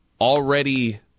already